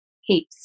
heaps